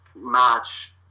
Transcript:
match